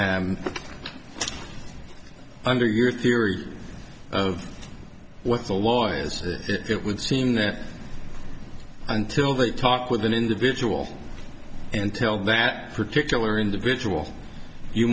and under your theory of what the lawyer is it would seem that until they talk with an individual and tell that particular individual you